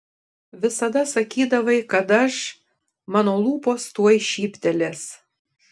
visada sakydavai kad aš mano lūpos tuoj šyptelės